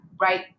right